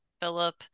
Philip